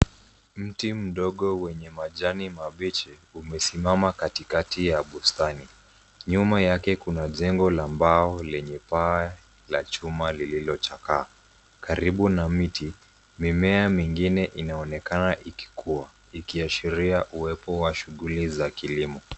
Mti mdogo wenye majani mabichi umesimama katikati ya bustani. Nyuma yake kuna jengo ya mbao lenye paa la chuma liliochakaa. Karibu na miti, mimea mingine inaonekana ikikua, ikiashiria uwepo wa shughuli za kilimo.